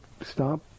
stop